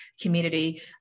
community